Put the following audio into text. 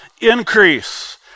increase